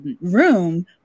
room